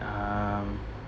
um